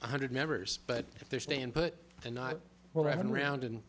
one hundred members but if they're staying put and not well then round and